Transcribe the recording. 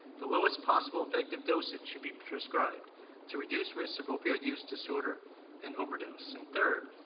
the lowest possible effective dosage should be prescribed to reduce risks of opioid use disorder and overdose, and third,